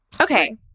Okay